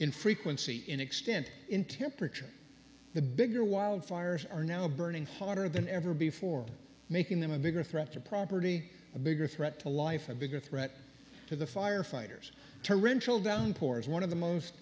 in frequency in extent in temperature the bigger wildfires are now burning hotter than ever before making them a bigger threat to property a bigger threat to life a bigger threat to the firefighters torrential downpours one of the most